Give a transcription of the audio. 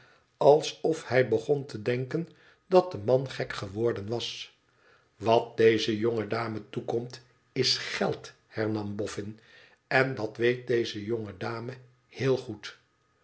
alsof hij begon te denken dat de man gek geworden was wat deze jonge dame toekomt is geld hernam boffin en dat weet deze jonge dame heel goed